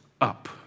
up